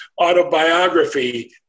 autobiography